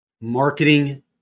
marketing